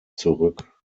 zurück